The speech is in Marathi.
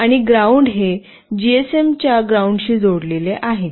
आणि ग्राउंड हे जीएसएम च्या ग्राउंड शी जोडले आहे